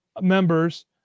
members